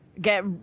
get